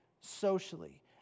socially